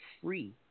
free